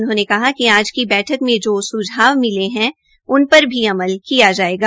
उन्होंने कहा कि आज बैठक में जो स्झाव मिले है उन पर भी अमल किया जायेगा